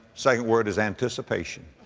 second word is anticipation.